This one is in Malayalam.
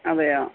അതേയോ